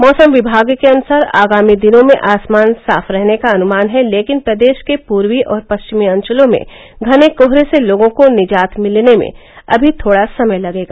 मौसम विभाग के अनुसार आगामी दिनों में आसमान साफ रहने का अनुमान है लेकिन प्रदेश के पूर्वी और पश्चिमी अंचलों में घने कोहरे से लोगों को निजात मिलने में अभी थोड़ा समय लगेगा